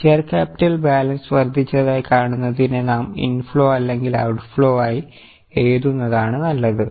share capital balance വർദ്ധിച്ചതായി കാണുന്നതിനെ നാം ഇൻഫ്ലോ അല്ലെങ്കിൽ ഔട്ട്ഫ്ലോ ആയി എഴുതുന്നതാണ് നല്ലത്